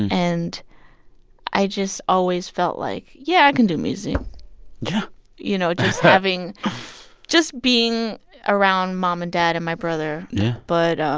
and i just always felt like, yeah, i can do music yeah you know, just having just being around mom and dad and my brother yeah but